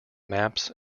maps